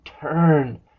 turn